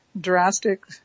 Drastic